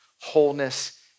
wholeness